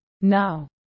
Now